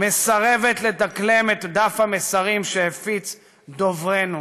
מסרבת לדקלם את דף המסרים שהפיץ "דוברנו".